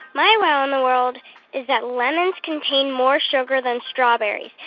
my wow in the world is that lemons contain more sugar than strawberries,